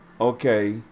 Okay